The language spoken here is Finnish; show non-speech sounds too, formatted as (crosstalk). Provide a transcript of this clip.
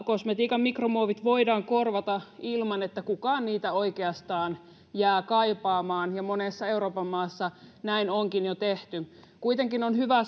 kosmetiikan mikromuovit voidaan korvata ilman että kukaan niitä oikeastaan jää kaipaamaan ja monessa euroopan maassa näin onkin jo tehty kuitenkin on hyvä (unintelligible)